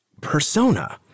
persona